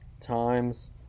times